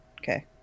Okay